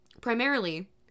Primarily